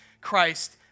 Christ